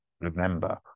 remember